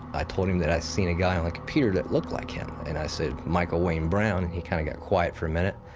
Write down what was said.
i told him that i seen a guy on the computer that looked like him. and i said, michael wayne brown, and he kind of got quiet for a minute.